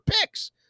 picks